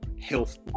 health